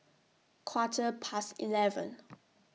Quarter Past eleven